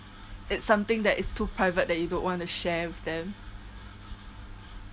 it's something that is too private that you don't want to share with them